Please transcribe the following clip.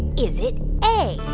is it a,